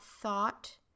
thought